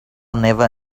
never